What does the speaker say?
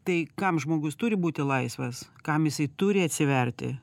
tai kam žmogus turi būti laisvas kam jisai turi atsiverti